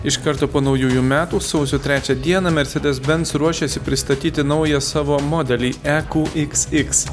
iš karto po naujųjų metų sausio trečią dieną mersedes bens ruošiasi pristatyti naują savo modelį eku iks iks